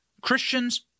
Christians